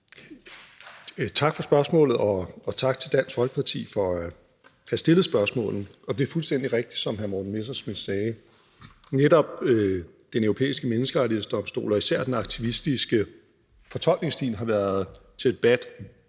Tak for spørgsmålet, og tak til Dansk Folkeparti for at have stillet spørgsmålet. Og det er fuldstændig rigtigt, som hr. Morten Messerschmidt sagde, nemlig at netop Den Europæiske Menneskerettighedsdomstol og især den aktivistiske fortolkningsstil har været til debat